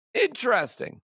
interesting